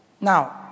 Now